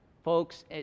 Folks